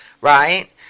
right